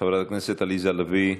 חברת הכנסת עליזה לביא,